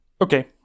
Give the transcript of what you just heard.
Okay